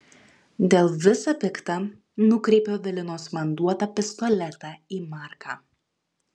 dėl visa pikta nukreipiu evelinos man duotą pistoletą į marką